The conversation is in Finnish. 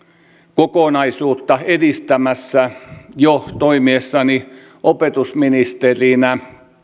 kokonaisuutta edistämässä jo toimiessani opetusministerinä